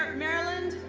maryland,